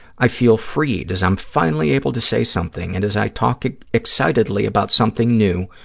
i feel freed, as i'm finally able to say something, and as i talk excitedly about something new,